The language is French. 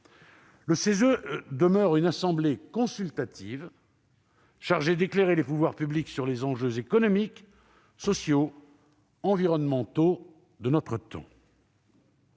Le CESE demeure une assemblée consultative chargée d'éclairer les pouvoirs publics sur les enjeux économiques, sociaux et environnementaux de notre temps.